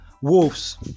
Wolves